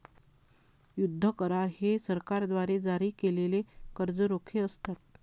युद्ध करार हे सरकारद्वारे जारी केलेले कर्ज रोखे असतात